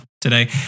today